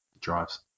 drives